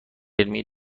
علمی